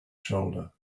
shoulder